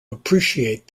appreciate